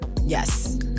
Yes